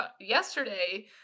yesterday